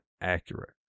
accurate